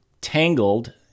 tangled